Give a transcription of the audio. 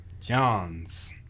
Johns